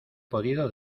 podido